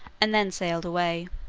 and then sailed away.